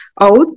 out